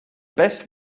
best